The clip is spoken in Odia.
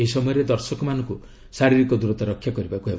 ଏହି ସମୟରେ ଦର୍ଶକମାନଙ୍କୁ ଶାରୀରିକ ଦୂରତା ରକ୍ଷା କରିବାକୁ ହେବ